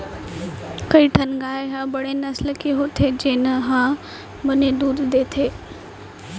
कई ठन गाय ह बड़े नसल के होथे जेन ह बने दूद देथे